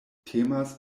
temas